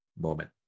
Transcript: moment